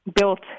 built